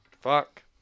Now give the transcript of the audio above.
Fuck